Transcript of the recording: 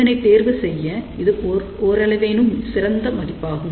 இதனை தேர்வு செய்ய இது ஓரளவேனும் சிறந்த மதிப்பாகும்